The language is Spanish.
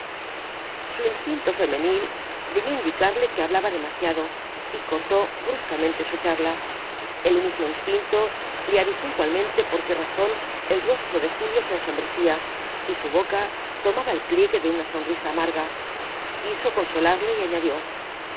su instinto femenil debió indicarle que hablaba demasiado y cortó bruscamente su charla el mismo instinto le avisó igualmente por qué razón el rostro de julio se ensombrecía y su boca tomada el pliegue de una sonrisa amarga quiso consolarle y añadió